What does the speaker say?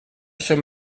shall